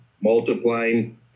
multiplying